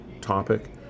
topic